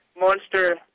Monster